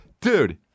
Dude